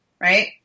right